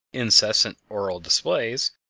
incessant auroral displays,